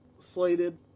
slated